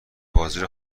بازیرو